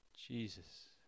Jesus